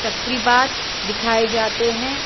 تقریبات دکھائے جاتے ہیں